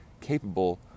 capable